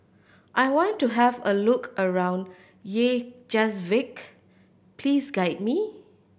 I want to have a look around Reykjavik please guide me